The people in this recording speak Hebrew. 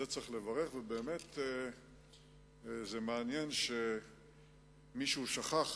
על זה צריך לברך, ואמת, מעניין שמישהו שכח